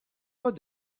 pas